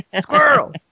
squirrel